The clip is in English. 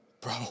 bro